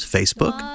Facebook